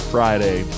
Friday